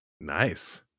Nice